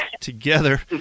together